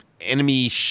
enemy